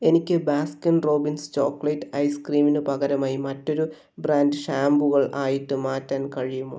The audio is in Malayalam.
എനിക്ക് ബാസ്കിൻ റോബിൻസ് ചോക്ലേറ്റ് ഐസ്ക്രീമിനു പകരമായി മറ്റൊരു ബ്രാൻഡ് ഷാംപൂകൾ ആയിട്ട് മാറ്റാൻ കഴിയുമോ